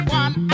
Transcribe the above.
one